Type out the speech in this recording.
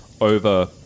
over